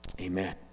Amen